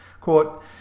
Quote